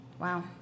Wow